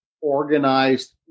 Organized